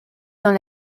dans